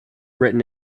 written